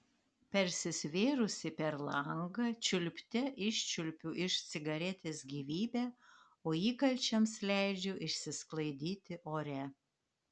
persisvėrusi per langą čiulpte iščiulpiu iš cigaretės gyvybę o įkalčiams leidžiu išsisklaidyti ore